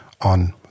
on